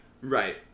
Right